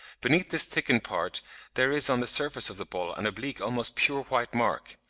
beneath this thickened part there is on the surface of the ball an oblique almost pure-white mark,